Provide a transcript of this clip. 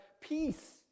peace